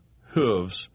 hooves